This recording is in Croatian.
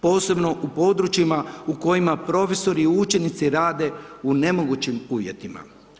Posebno u područjima u kojima profesori i učenici rade u nemogućim uvjetima.